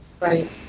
right